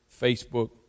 Facebook